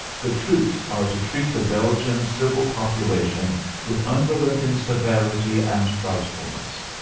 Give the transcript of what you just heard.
the troops are to treat the belgian civil population with unrelenting severity and frightfulness.